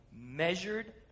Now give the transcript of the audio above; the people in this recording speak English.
measured